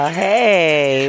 hey